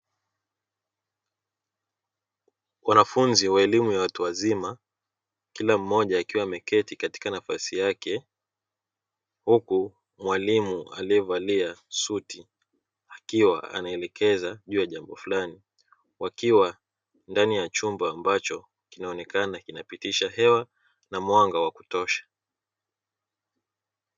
Wanafunzi wa elimu ya watu wazima kila mmoja akiwa ameketi katika nafasi yake huku mwalimu aliyevalia suti akiwa anaelekeza juu ya jambo fulani wakiwa ndani ya chumba ambacho kinaonekana kinapitisha hewa na mwanga wa kutosha.